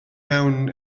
mewn